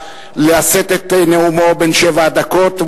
לשאת את נאומו בן שבע הדקות.